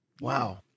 Wow